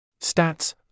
Stats